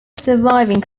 surviving